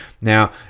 Now